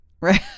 Right